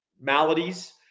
maladies